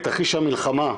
בתרחיש המלחמה,